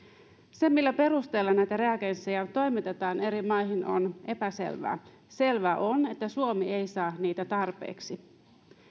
se millä perusteella näitä reagensseja toimitetaan eri maihin on epäselvää selvää on että suomi ei saa niitä tarpeeksi